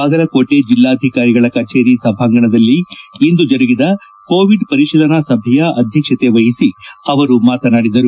ಬಾಗಲಕೋಟೆ ಜಿಲ್ಲಾಧಿಕಾರಿಗಳ ಕಚೇರಿ ಸಭಾಂಗಣದಲ್ಲಿಂದು ಜರುಗಿದ ಕೋವಿಡ್ ಪರಿಶೀಲನಾ ಸಭೆಯ ಅಧ್ಯಕ್ಷತೆ ವಹಿಸಿ ಅವರು ಮಾತನಾಡಿದರು